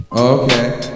Okay